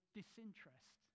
disinterest